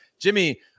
Jimmy